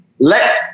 let